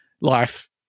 life